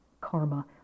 karma